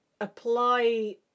apply